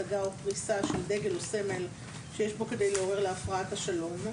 הצגה או פריסה של דגל או סמל שיש בו כדי לעורר להפרעת השלום.